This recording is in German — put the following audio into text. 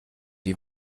die